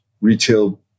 retail